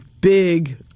big